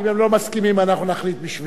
אם הם לא מסכימים, אנחנו נחליט בשבילם.